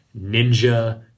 ninja